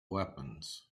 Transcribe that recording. weapons